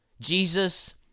Jesus